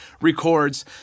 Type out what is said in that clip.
records